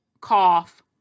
Cough